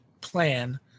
plan